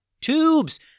Tubes